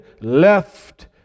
left